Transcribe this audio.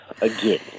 again